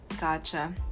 Gotcha